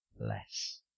less